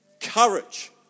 courage